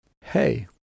hey